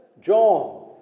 John